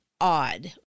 odd